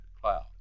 cloud